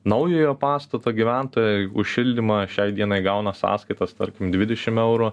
naujojo pastato gyventojai už šildymą šiai dienai gauna sąskaitas tarkim dvidešim eurų